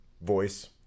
voice